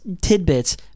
tidbits